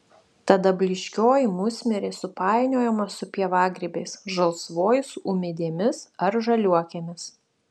tada blyškioji musmirė supainiojama su pievagrybiais žalsvoji su ūmėdėmis ar žaliuokėmis